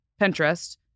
Pinterest